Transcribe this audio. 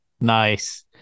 Nice